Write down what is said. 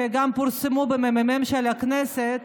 שגם פורסמו בממ"מ של הכנסת,